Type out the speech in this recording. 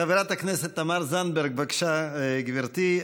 חברת הכנסת תמר זנדברג, בבקשה, גברתי.